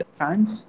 fans